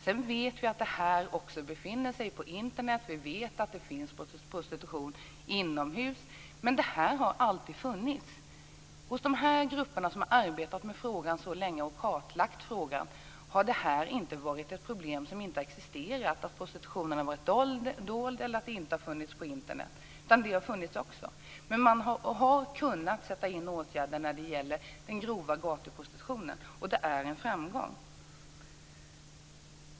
Sedan vet vi att det här också finns på Internet och att det finns prostitution inomhus men detta har alltid funnits. Hos de grupper som arbetat med frågan mycket länge och som har kartlagt detta har det här inte varit ett problem som inte har existerat - att prostitutionen varit dold eller att det inte har funnits på Internet. Det har alltså också funnits men man har kunnat sätta in åtgärder vad gäller den grova gatuprostitutionen. Detta är en framgång.